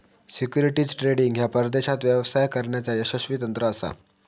securities trading ह्या परदेशात व्यवसाय करण्याचा यशस्वी तंत्र असा